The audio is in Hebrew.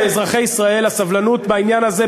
לאזרחי ישראל הסבלנות בעניין הזה,